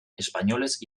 espainolez